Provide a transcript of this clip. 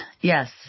Yes